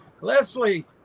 leslie